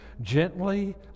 gently